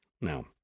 Now